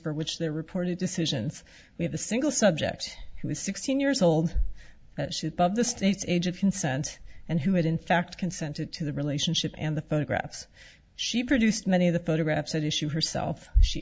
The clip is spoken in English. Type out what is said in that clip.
for which there are reported decisions we have a single subject who was sixteen years old that ship of the state's age of consent and who had in fact consented to the relationship and the photographs she produced many of the photographs at issue herself she